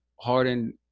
Harden